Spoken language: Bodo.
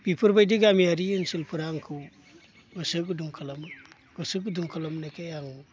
बेफोरबायदि गामियारि ओनसोलफोरा आंखौ गोसो गुदुं खालामो गोसो गुदुं खालामनायखाय आं